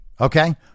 okay